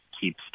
keeps